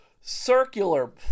circular